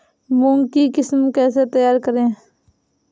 मूंग की किस्म कैसे तैयार करें?